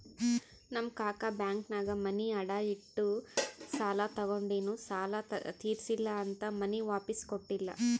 ನಮ್ ಕಾಕಾ ಬ್ಯಾಂಕ್ನಾಗ್ ಮನಿ ಅಡಾ ಇಟ್ಟು ಸಾಲ ತಗೊಂಡಿನು ಸಾಲಾ ತಿರ್ಸಿಲ್ಲಾ ಅಂತ್ ಮನಿ ವಾಪಿಸ್ ಕೊಟ್ಟಿಲ್ಲ